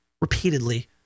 repeatedly